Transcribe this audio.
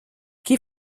qui